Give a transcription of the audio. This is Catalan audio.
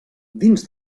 dins